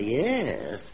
yes